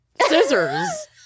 scissors